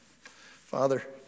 Father